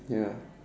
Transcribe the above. ya